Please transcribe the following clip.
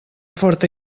forta